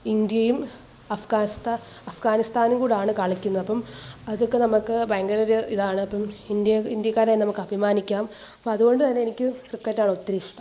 ഇന്ത്യയും അഫ്ഗാനിസ്ഥാനും കൂടാണ് കളിക്കുന്നത് അപ്പോള് അതൊക്കെ നമുക്ക് ഭയങ്കര ഒരു ഇതാണ് അപ്പോള് ഇന്ത്യക്കാരായ നമുക്ക് അഭിമാനിക്കാം അപ്പോള് അതുകൊണ്ടുതന്നെ എനിക്ക് ക്രിക്കറ്റാണ് ഒത്തിരി ഇഷ്ടം